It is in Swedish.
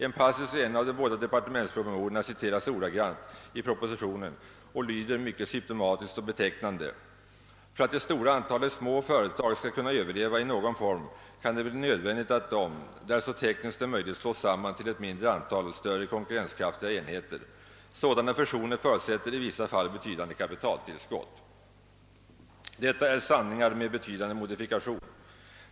En passus i en av de båda departementspromemoriorna citeras ordagrant i propositionen och lyder, mycket symtomatiskt och betecknande: »För att det stora antalet små företag skall kunna överleva i någon form kan det bli nödvändigt att de, där så tekniskt är möjligt, slås samman till ett mindre antal större konkurrenskraftiga enheter. Sådana fusioner förutsätter i vissa fall betydande kapitaltillskott.» Detta är sanningar med betydande modifikationer.